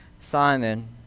Simon